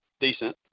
Decent